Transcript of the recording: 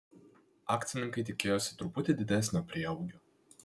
akcininkai tikėjosi truputį didesnio prieaugio